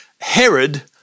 Herod